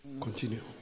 Continue